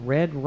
Red